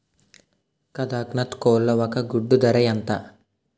కదక్నత్ కోళ్ల ఒక గుడ్డు ధర ఎంత?